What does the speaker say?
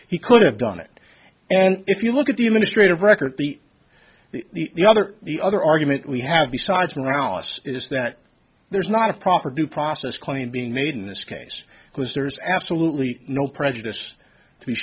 he could have done it and if you look at the administrative record the the other the other argument we have besides morales is that there is not a proper due process claim being made in this case because there is absolutely no prejudice to be